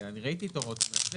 ראיתי את הוראות המאסדר.